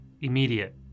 immediate